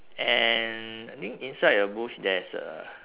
and I think inside the bush there's a